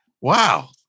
Wow